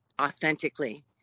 authentically